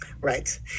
Right